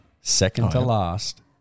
second-to-last